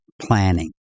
planning